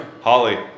Holly